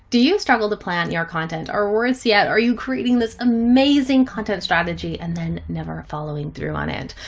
do you struggle to plan your content or worse yet are you creating this amazing content strategy and then never ah following through on it?